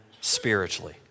spiritually